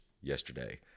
yesterday